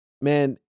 man